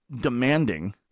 demanding